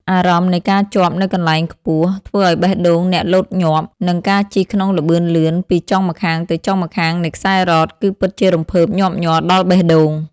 អារម្មណ៍នៃការជាប់នៅកន្លែងខ្ពស់ ធ្វើឱ្យបេះដូងអ្នកលោតញាប់ និងការជិះក្នុងល្បឿនលឿនពីចុងម្ខាងទៅចុងម្ខាងនៃខ្សែរ៉កគឺពិតជារំភើបញាប់ញ័រដល់បេះដូង។